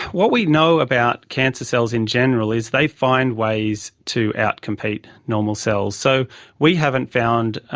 what we know about cancer cells in general is they find ways to outcompete normal cells. so we haven't found,